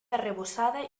arrebossada